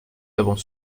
avons